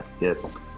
Yes